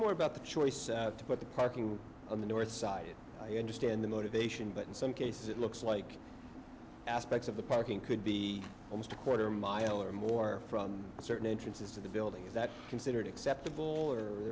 more about the choice to put the parking on the north side if i understand the motivation but in some cases it looks like aspects of the parking could be almost a quarter mile or more from a certain entrances to the building is that considered acceptable or